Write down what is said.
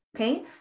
okay